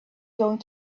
going